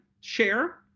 share